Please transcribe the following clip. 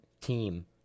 team